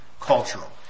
cultural